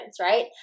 right